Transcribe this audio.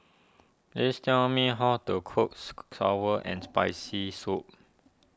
please tell me how to cook Sour and Spicy Soup